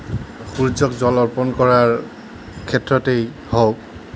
সূৰ্যক জল অৰ্পণ কৰাৰ ক্ষেত্ৰতেই হওক